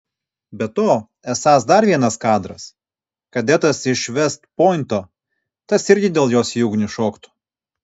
be to esąs dar vienas kadras kadetas iš vest pointo tas irgi dėl jos į ugnį šoktų